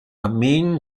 armeen